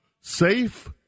safe